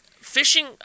fishing